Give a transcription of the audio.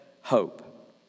hope